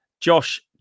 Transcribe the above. Josh